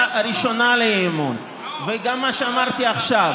הראשונה על האי-אמון וגם למה שאמרתי עכשיו,